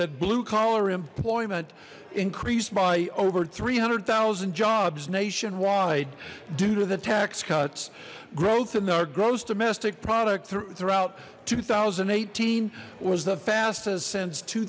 that blue collar employment increased by over three hundred thousand jobs nationwide due to the tax cuts growth and our gross domestic product throughout two thousand and eighteen was the fastest since two